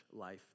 life